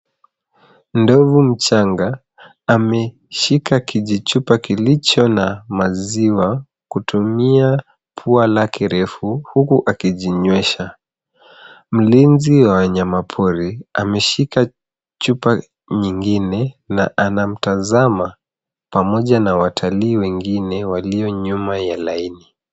Ndovu mchanga ameshika kijichupa kilicho na maziwa kutumia pua lake refu huku akijinywesha. Mlinzi wa wanyamapori ameshika chupa nyingine na anamtazama pamoja na watalii wengine walio nyuma ya laini.